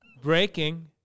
Breaking